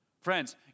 Friends